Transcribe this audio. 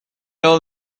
all